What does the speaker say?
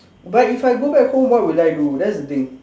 but if I go back home what will I do that's the thing